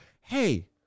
Hey